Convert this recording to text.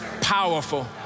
powerful